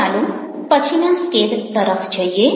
તો ચાલો પછીના સ્કેલ તરફ જઈએ